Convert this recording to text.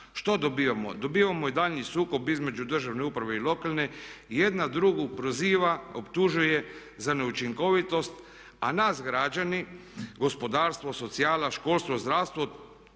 Što dobivamo? Dobivamo i daljnji sukob između državne uprave i lokalne, jedna drugu proziva, optužuje za neučinkovitost, a nas građane, gospodarstvo, socijala, školstvo, zdravstvo